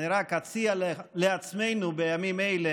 אני רק אציע לעצמנו בימים אלה